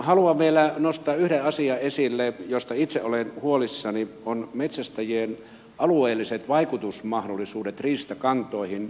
haluan vielä nostaa yhden asian esille josta itse olen huolissani ja se on metsästäjien alueelliset vaikutusmahdollisuudet riistakantoihin